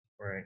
Right